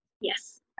Yes